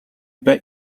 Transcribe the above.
bet